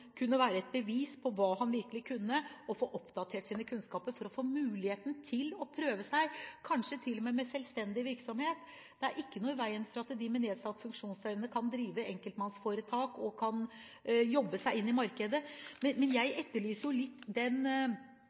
kunne være et bevis på hva han virkelig kunne, og hvor han kunne få oppdatert sine kunnskaper for å få muligheten til å prøve seg – kanskje til og med med selvstendig virksomhet. Det er ikke noe i veien for at de med nedsatt funksjonsevne kan drive enkeltmannsforetak og jobbe seg inn i markedet. Jeg etterlyser